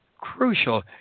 crucial